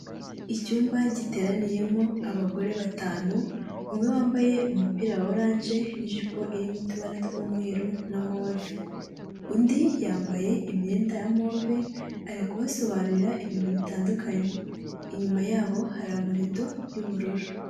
Icyumba giteraniyemo abagore batanu, umwe wambaye umupira wa oranje n'ijipo iri mu tubara tw'umweru na move, undi yambaye imyenda ya move ari kubasobanurira ibintu bitandukanye, inyuma yabo hari amarido y'ubururu.